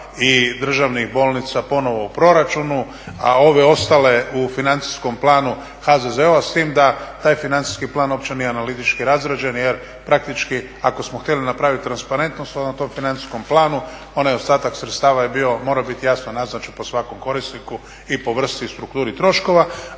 i državnih bolnica ponovno u proračunu a ove ostale u financijskom planu HZZO-a s time da taj financijski plan uopće nije analitički razrađen. Jer praktički ako smo htjeli napraviti transparentnost na tom financijskom planu onaj ostatak sredstava je bio, morao biti jasno naznačen po svakom korisniku i po vrsti i strukturi troškova